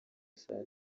saa